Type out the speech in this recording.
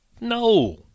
No